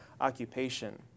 occupation